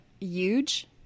Huge